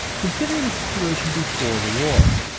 consider the situation before the war.